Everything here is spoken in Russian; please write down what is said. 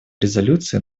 резолюции